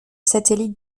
satellite